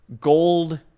Gold